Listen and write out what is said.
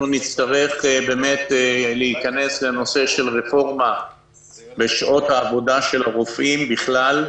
אנחנו נצטרך להיכנס לרפורמה בשעות העבודה של רופאים בכלל,